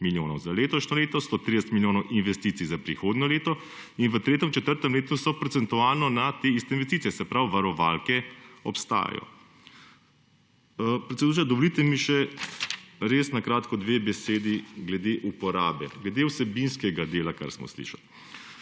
milijonov za letošnje leto, 130 milijonov investicij za prihodnje leto in v tretjem, četrtem letu so procentualno / nerazumljivo/ investicije. Se pravi, varovalke obstajajo. Predsedujoča, dovolite mi še res na kratko, dve besedi glede uporabe, glede vsebinskega dela, kar smo slišali.